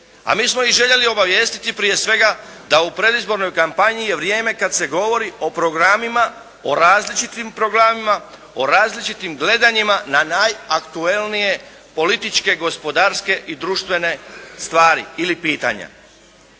A mi smo ih željeli obavijestiti prije svega da u predizbornoj kampanji je vrijeme kada se govori o programima, o različitim programima, o različitim gledanjima na najaktualnije političke, gospodarske i društvene stvari ili pitanja.